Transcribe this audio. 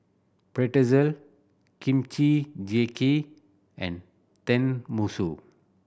Pretzel Kimchi Jjigae and Tenmusu